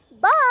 Bye